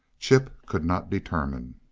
chip could not determine.